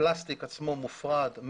הפלסטיק עצמו מופרד,